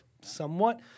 somewhat